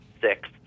six